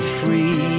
free